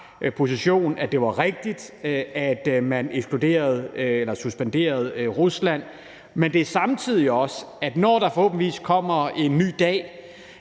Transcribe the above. at det var rigtigt, at man suspenderede Ruslands medlemskab, men det er samtidig også sådan, at det, når der forhåbentlig kommer en ny dag,